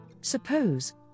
Suppose